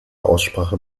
aussprache